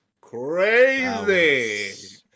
crazy